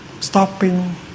stopping